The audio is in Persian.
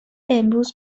امروز